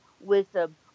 Wisdom